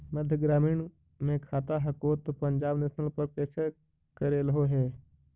मध्य ग्रामीण मे खाता हको तौ पंजाब नेशनल पर कैसे करैलहो हे?